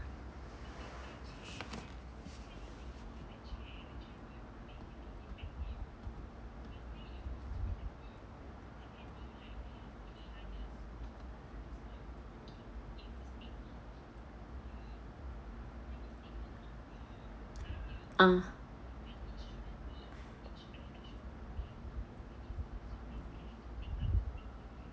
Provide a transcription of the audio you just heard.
ah